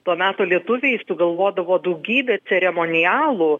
to meto lietuviai sugalvodavo daugybę ceremonialų